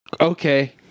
okay